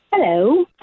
Hello